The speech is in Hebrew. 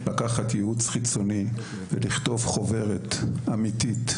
לקחת ייעוץ חיצוני ולכתוב חוברת אמיתית,